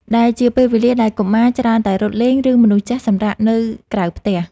ដែលជាពេលវេលាដែលកុមារច្រើនតែរត់លេង ឬមនុស្សចាស់សម្រាកនៅក្រៅផ្ទះ។